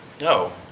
no